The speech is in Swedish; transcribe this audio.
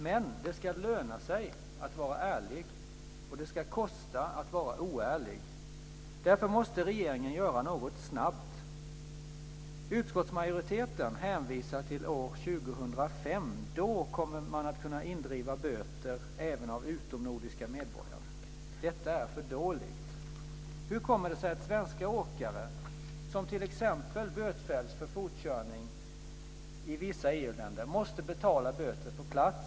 Men det ska löna sig att vara ärlig, och det ska kosta att vara oärlig. Därför måste regeringen göra något snabbt. Utskottsmajoriteten hänvisar till år 2005. Då kommer man att kunna indriva böter även av utomnordiska medborgare. Detta är för dåligt. Hur kommer det sig att svenska åkare som t.ex. bötfälls för fortkörning i vissa EU-länder måste betala böter på plats?